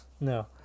no